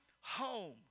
home